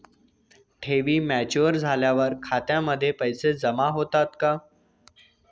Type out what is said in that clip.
ठेवी मॅच्युअर झाल्यावर खात्यामध्ये पैसे जमा होतात का?